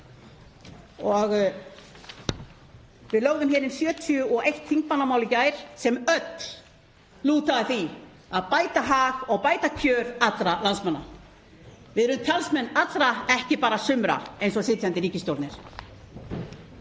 Við lögðum inn 71 þingmannamál í gær sem öll lúta að því að bæta hag og bæta kjör allra landsmanna. Við erum talsmenn allra, ekki bara sumra eins og sitjandi ríkisstjórn er.